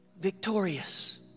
victorious